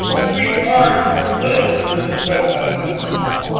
three part split for this wetland number four,